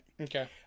Okay